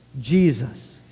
Jesus